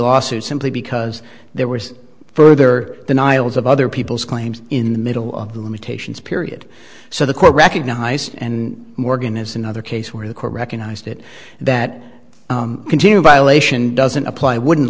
lawsuit simply because there were further denials of other people's claims in the middle of the limitations period so the court recognized and morgan is another case where the court recognized it that continued violation doesn't apply wouldn't